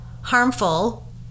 harmful